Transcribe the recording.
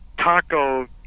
taco